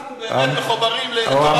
אנחנו באמת מחוברים לתורת ישראל,